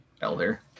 elder